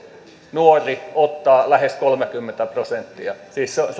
nuorista ottaa lähes kolmekymmentä prosenttia siis